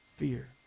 fear